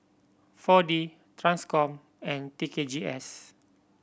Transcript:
Four D Transcom and T K G S